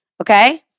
okay